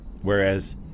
Whereas